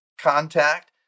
contact